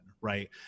right